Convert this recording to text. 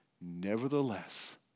Nevertheless